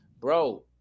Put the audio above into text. Bro